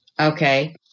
okay